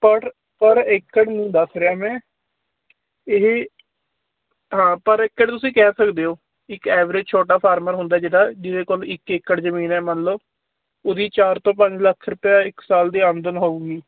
ਪੜ ਪਰ ਏਕੜ ਨੂੰ ਦੱਸ ਰਿਹਾ ਮੈਂ ਇਹ ਹਾਂ ਪਰ ਏਕੜ ਤੁਸੀਂ ਕਹਿ ਸਕਦੇ ਹੋ ਇਕ ਐਵਰੇਜ ਛੋਟਾ ਫਾਰਮਰ ਹੁੰਦਾ ਜਿਹਦਾ ਜਿਹਦੇ ਕੋਲ ਇੱਕ ਏਕੜ ਜਮੀਨ ਹੈ ਮੰਨ ਲਓ ਉਹਦੀ ਚਾਰ ਤੋਂ ਪੰਜ ਲੱਖ ਰੁਪਿਆ ਇਕ ਸਾਲ ਦੀ ਆਮਦਨ ਹੋਊਗੀ